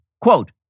quote